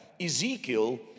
Ezekiel